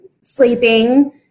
sleeping